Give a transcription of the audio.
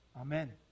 Amen